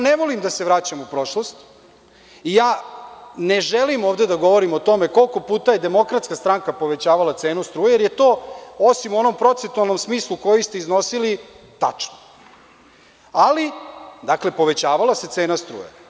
Ne volim da se vraćam u prošlost i ne želim ovde da govorim o tome koliko puta je DS povećala cenu struje, jer je to osim u onom procentualnom smislu koji ste iznosili tačno, ali povećavala se cena struje.